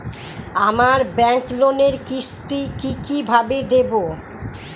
আমার ব্যাংক লোনের কিস্তি কি কিভাবে দেবো?